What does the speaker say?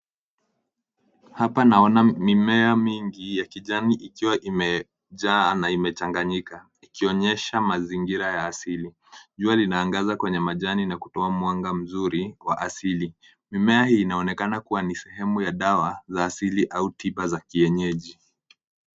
Hapa naona mimea mingi ya kijani ikiwa imejaa na imechanganyika, ikionyesha mazingira ya asili. Jua linaangaza kwenye majani na kutoa mwanga mzuri wa asili. Mimea hii inaonekana kuwa ni sehemu ya dawa za asili au tiba za kienyeji.